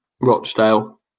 Rochdale